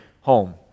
home